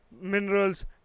minerals